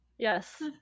Yes